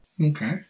Okay